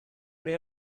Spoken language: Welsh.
neu